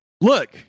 Look